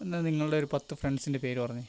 ഇന്ന് നിങ്ങളുടെ ഒരു പത്ത് ഫ്രണ്ട്സിന്റെ പേര് പറഞ്ഞേ